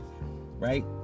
right